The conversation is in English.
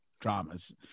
dramas